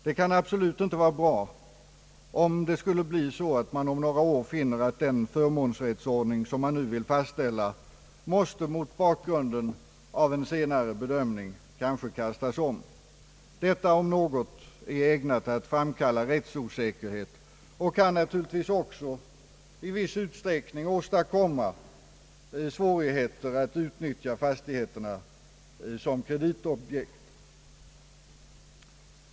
Det kan absolut inte vara bra, om man om några år finner att den förmånsrättsordning, som man nu vill fastställa, mot bakgrunden av en senare bedömning kanske måste kastas om. Detta om något är ägnat att framkalla rättsosäkerhet och kan naturligtvis också i viss utsträckning åstadkomma svårigheter att utnyttja fastigheterna som kreditobjekt.